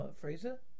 Fraser